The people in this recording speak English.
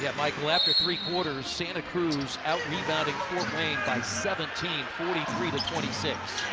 yeah like like after three quarters, santa cruz out rebounding fort wayne by seventeen, forty three twenty six.